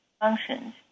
functions